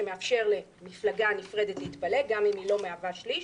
שמאפשר למפלגה נפרדת להתפלג גם אם היא לא מהווה שליש,